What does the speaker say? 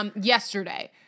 yesterday